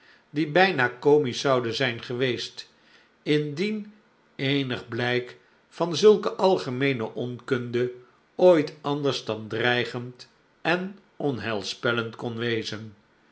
die bijna comisch zouden zijn geweest indien eenig blijk van zulke algemeene onkunde ooit anders dan dreigend en onheilspellend kon wezen